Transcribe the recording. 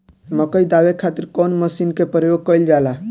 मकई दावे खातीर कउन मसीन के प्रयोग कईल जाला?